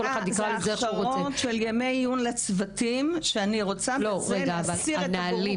כל ההכשרות לימי עיון לצוותים זה כדי להסיר את הבורות.